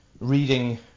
reading